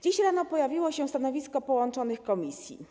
Dziś rano pojawiło się stanowisko połączonych komisji.